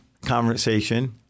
conversation